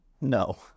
No